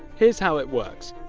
here's how it works.